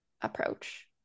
approach